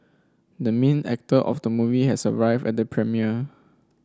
the main actor of the movie has arrived at the premiere